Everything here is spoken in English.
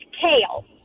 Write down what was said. kale